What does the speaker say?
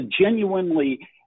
genuinely